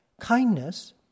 Kindness